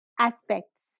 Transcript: aspects